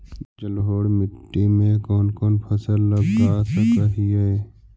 जलोढ़ मिट्टी में कौन कौन फसल लगा सक हिय?